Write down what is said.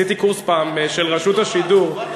עשיתי פעם קורס של רשות השידור.